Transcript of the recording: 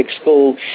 school